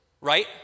Right